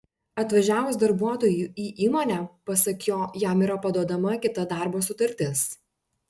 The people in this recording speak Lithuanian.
atvažiavus darbuotojui į įmonę pasak jo jam yra paduodama kita darbo sutartis